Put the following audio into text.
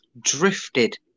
drifted